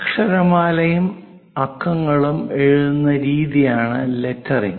അക്ഷരമാലയും അക്കങ്ങളും എഴുതുന്ന രീതിയാണ് ലെറ്ററിങ്